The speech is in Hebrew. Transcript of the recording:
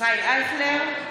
(קוראת בשמות חברי הכנסת) ישראל אייכלר,